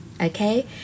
okay